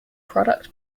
product